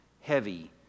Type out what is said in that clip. heavy